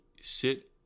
sit